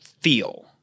feel